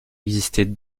existait